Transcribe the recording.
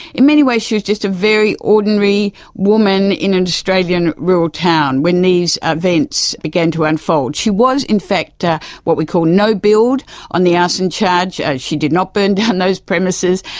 in many ways she was just a very ordinary woman in an australian rural town when these events began to unfold. she was in fact ah what we call no billed on the arson charge, she did not burn down those premises,